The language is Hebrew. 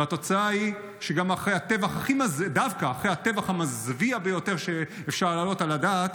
והתוצאה היא שדווקא אחרי הטבח המזוויע ביותר שאפשר היה להעלות על הדעת,